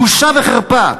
בושה וחרפה.